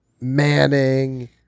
Manning